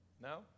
No